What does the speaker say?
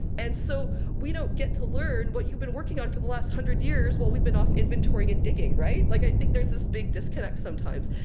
and so we don't get to learn what you've been working on for the last one hundred years while we've been off inventorying and digging, right? like, i think there's this big disconnect sometimes.